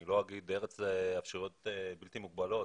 אני לא אומר ארץ האפשרויות הבלתי מוגבלות,